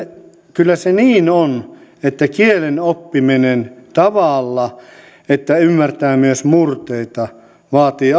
kyllä se niin on että kielen oppiminen tavalla että ymmärtää myös murteita vaatii